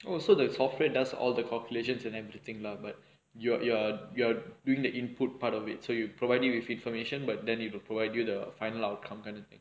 oh so the software does all the calculations and everything lah but during the input part of it so you provided with information but then if you provide you the final outcome kind of thing